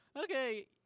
Okay